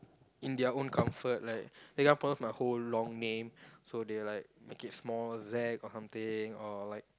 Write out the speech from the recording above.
in their own comfort like they can't pronounce my whole long name so they like make it small Zac or something or like